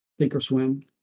Thinkorswim